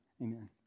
amen